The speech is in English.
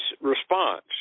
response